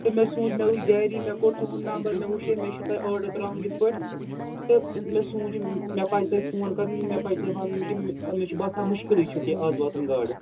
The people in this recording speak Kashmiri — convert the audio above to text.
تہٕ مےٚ سوٗنٛچ مےٚ وٕچھ ڈیری مےٚ کوٚڑ تُہُنٛد نمبَر مےٚ وٕچھے مےٚ چھُ تۄہہِ آرڈر ترٛاوُن یِتھ پٲٹھۍ تہٕ مےٚ سوٗنٛچ یہِ مےٚ پَزِ تۄہہِ فون کَرُن مےٚ پَزِ تۄہہِ وَنُن کہِ مےٚ چھُ باسان مُشکِلٕے چھُ کہِ آز واتَن گاڈٕ